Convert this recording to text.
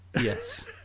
Yes